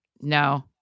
No